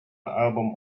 album